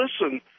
listen